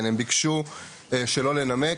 הם ביקשו שלא לנמק.